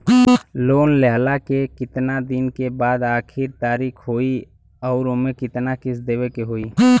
Loan लेहला के कितना दिन के बाद आखिर तारीख होई अउर एमे कितना किस्त देवे के होई?